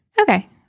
Okay